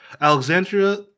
Alexandria